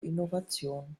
innovation